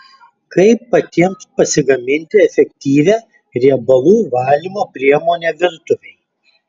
kaip patiems pasigaminti efektyvią riebalų valymo priemonę virtuvei